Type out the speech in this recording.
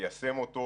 ומיישם אותו.